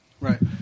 Right